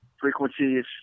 frequencies